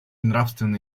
нравственно